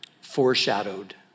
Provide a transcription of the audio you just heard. foreshadowed